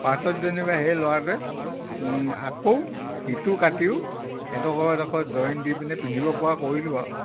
পাছত যেনিবা সেই ল'ৰাটোৱে আকৌ ইটো কাটিও এডোখৰ এডোখৰ জইন দি পিনে পিন্ধিব পৰা কৰিলোঁ আৰু